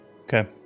Okay